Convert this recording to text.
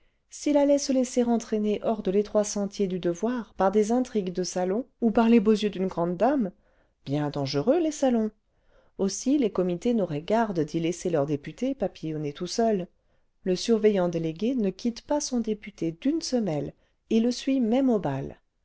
s'il allait se laisser entraîner hors de l'étroit sentier du devoir par des intrigues de salon ou par les beaux yeux d'une grande dame bien dangereux les salons i aussi les comités n'auraient garde d'y laisser leur député papillonner tout seul le surveillant délégué ne quitte pas son député d'une semelle et le suit même au bal